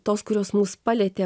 tos kurios mus palietė